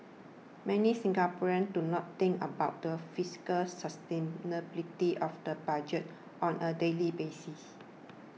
many Singaporeans do not think about the fiscal sustainability of the budget on a daily basis